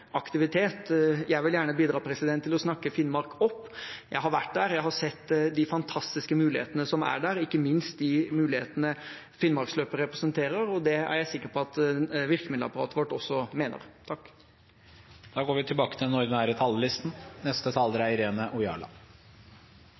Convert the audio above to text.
aktivitet. Jeg vil gjerne bidra til å snakke Finnmark opp. Jeg har vært der, jeg har sett de fantastiske mulighetene som er der, ikke minst de mulighetene Finnmarksløpet representerer, og det er jeg sikker på at virkemiddelapparatet vårt også mener.